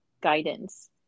guidance